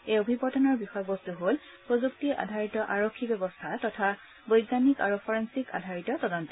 এই অভিৱৰ্তনৰ বিষয়বস্তু হ'ল প্ৰযুক্তি আধাৰিত আৰক্ষী ব্যৱস্থা তথা বৈজ্ঞানীক আৰু ফৰেণচিক আধাৰিত তদন্ত